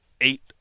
eight